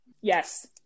yes